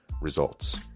results